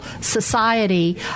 society